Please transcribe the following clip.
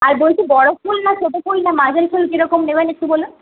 আর বলছি বড়ো ফুল না ছোটো ফুল না মাঝারি ফুল কিরকম নেবেন একটু বলুন